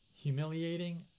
Humiliating